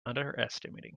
underestimating